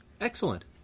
Excellent